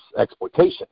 exploitation